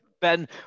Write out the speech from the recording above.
ben